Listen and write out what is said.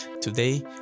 Today